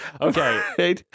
Okay